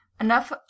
Enough